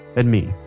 and me,